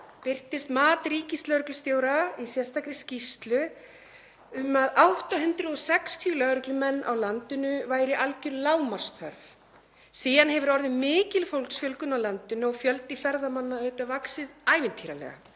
birtist mat ríkislögreglustjóra í sérstakri skýrslu um að 860 lögreglumenn á landinu væru algjör lágmarksþörf. Síðan hefur orðið mikil fólksfjölgun á landinu og fjöldi ferðamanna auðvitað vaxið ævintýralega.